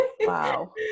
Wow